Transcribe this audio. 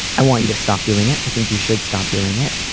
i want you to stop doing it. i think you should stop doing it.